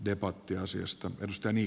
debatti ansiosta musteni